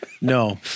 No